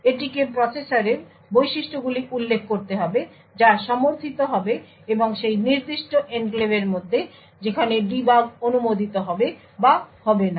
এটিকে প্রসেসরের বৈশিষ্ট্যগুলি উল্লেখ করতে হবে যা সমর্থিত হবে এবং সেই নির্দিষ্ট ছিটমহলের মধ্যে যেখানে ডিবাগ অনুমোদিত হবে বা হবে না